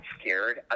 scared